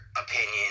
opinion